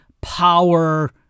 power